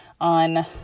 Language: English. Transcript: on